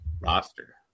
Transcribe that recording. roster